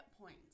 points